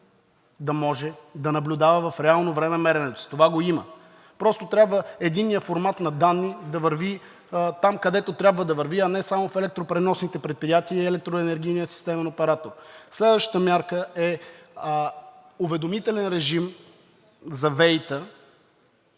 да може да наблюдава в реално време мереното. Това го има. Просто трябва единният формат на данни да върви там, където трябва да върви, а не само в електропреносните предприятия и Електроенергийния системен оператор. Следващата мярка е уведомителен режим за ВЕИ-та